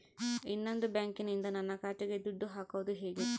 ಇನ್ನೊಂದು ಬ್ಯಾಂಕಿನಿಂದ ನನ್ನ ಖಾತೆಗೆ ದುಡ್ಡು ಹಾಕೋದು ಹೇಗೆ?